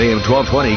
1220